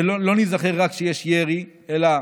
ולא נזכר רק כשיש ירי, אלא